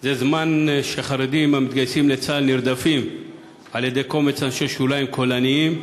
זה זמן שחרדים המתגייסים לצה"ל נרדפים על-ידי קומץ אנשי שוליים קולניים.